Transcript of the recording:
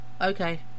Okay